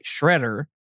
Shredder